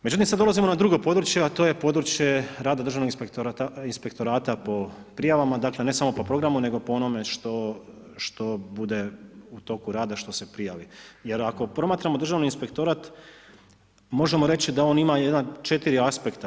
Međutim sad dolazimo na drugo područje, a to je područje rada državnog inspektorata po prijavama, dakle ne samo po programu, nego po onome što bude u toku rada što se prijavi, jer ako promatramo državni inspektorat, možemo reći da on ima 4 aspekta.